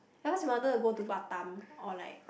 at first we wanted to go to Batam or like